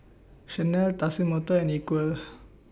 Chanel Tatsumoto and Equal